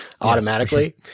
automatically